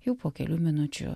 jau po kelių minučių